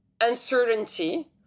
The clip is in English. uncertainty